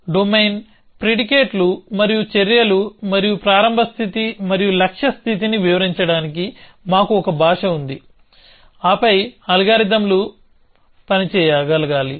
domain ప్రిడికేట్లు మరియు చర్యలు మరియు ప్రారంభ స్థితి మరియు లక్ష్య స్థితిని వివరించడానికి మాకు ఒక భాష ఉంది ఆపై అల్గారిథమ్లు పనిచేయగలగాలి